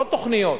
לא תוכניות.